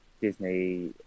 Disney